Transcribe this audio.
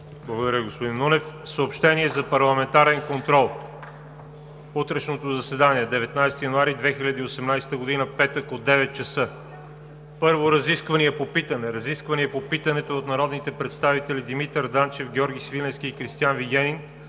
Благодаря, господин Нунев. Съобщения за парламентарен контрол в утрешното заседание – 19 януари 2018 г., петък от 9,00. 1. Разисквания по питането от народните представители Димитър Данчев, Георги Свиленски и Кристиан Вигенин